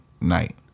night